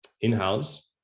in-house